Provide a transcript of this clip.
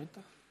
בטח.